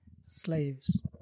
slaves